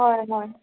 হয় হয়